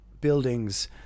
buildings